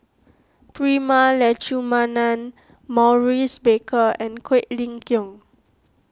Prema Letchumanan Maurice Baker and Quek Ling Kiong